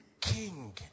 king